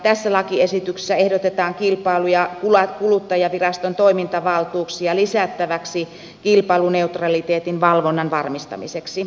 tässä lakiesityksessä ehdotetaan kilpailu ja kuluttajaviraston toimintavaltuuksia lisättäväksi kilpailuneutraliteetin valvonnan varmistamiseksi